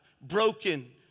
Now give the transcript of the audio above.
broken